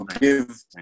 give